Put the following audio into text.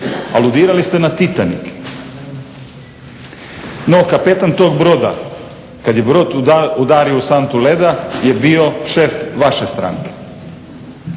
Aludirali ste na Titanik, no kapetan tog broda kad je brod udario u santu leda je bio šef vaše stranke.